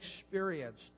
experienced